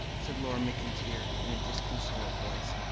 said laura mcintyre, in a disconsolate voice.